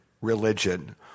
religion